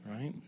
Right